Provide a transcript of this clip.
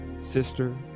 sister